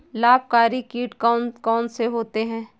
लाभकारी कीट कौन कौन से होते हैं?